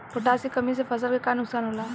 Potash के कमी से फसल के का नुकसान होला?